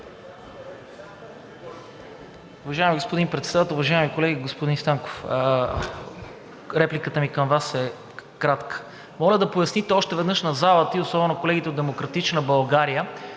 Уважаеми господин Председател, уважаеми колеги, господин Станков, репликата ми към Вас е кратка. Моля да поясните още веднъж на залата и особено на колегите от „Демократична България“